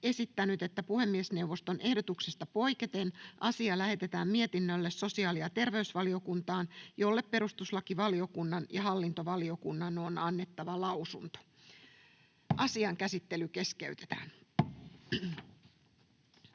esittänyt, että puhemiesneuvoston ehdotuksesta poiketen asia lähetetään mietinnölle sosiaali- ja terveysvaliokuntaan, jolle perustuslakivaliokunnan ja hallintovaliokunnan on annettava lausunto. [Speech 102] Speaker: